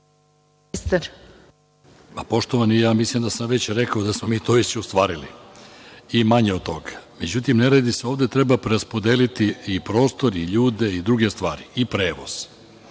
Poštovani, ja mislim da sam već rekao da smo mi to već ostvarili, i manje od toga. Međutim, ne radi se ovde, treba preraspodeliti prostor, ljude, prevoz i druge stvari, jer